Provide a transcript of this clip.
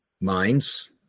minds